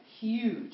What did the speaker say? huge